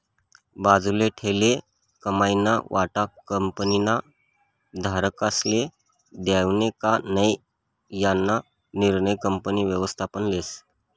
बाजूले ठीयेल कमाईना वाटा कंपनीना भागधारकस्ले देवानं का नै याना निर्णय कंपनी व्ययस्थापन लेस